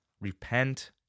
Repent